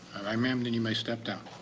um ma'am, then you may step down.